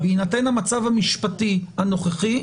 בהינתן המצב המשפטי הנוכחי,